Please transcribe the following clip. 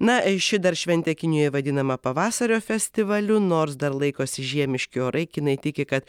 na ši dar šventė kinijoje vadinama pavasario festivaliu nors dar laikosi žiemiški orai kinai tiki kad